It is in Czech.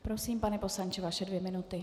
Prosím, pane poslanče, vaše dvě minuty.